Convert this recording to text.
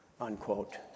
unquote